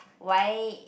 why